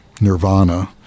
nirvana